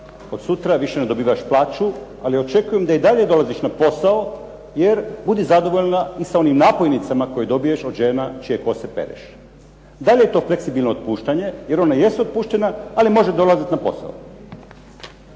od sutra više ne dobivaš plaću, ali očekujem da i dalje dolaziš na posao jer budi zadovoljna i sa onim napojnicama koje dobiješ od žena kojima pereš kose. DA li to je fleksibilno otpuštanje, jer ona jest otpuštena ali može dolaziti na posao.